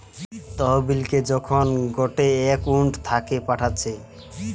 তহবিলকে যখন গটে একউন্ট থাকে পাঠাচ্ছে